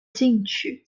进去